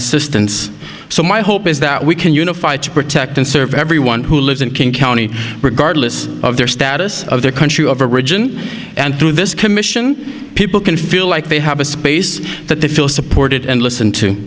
assistance so my hope is that we can unify to protect and serve everyone who lives in king county regardless of their status of their country of origin and to this commission people can feel like they have a space that they feel supported and listen to